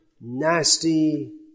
nasty